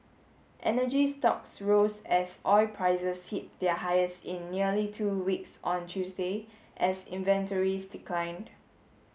energy stocks rose as oil prices hit their highest in nearly two weeks on Tuesday as inventories declined